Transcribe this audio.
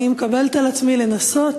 אני מקבלת על עצמי לנסות